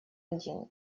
один